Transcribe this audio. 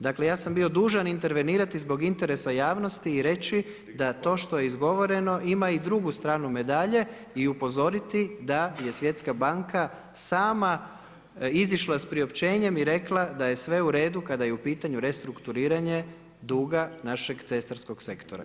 Dakle, ja sam bio dužan intervenirati zbog interesa javnosti i reći da to što je izgovoreno ima i drugu stranu medalje i upozoriti da je Svjetska banka sama izišla s priopćenjem i rekla da je sve u redu kada je u pitanju restrukturiranje duga našeg cestarskog sektora.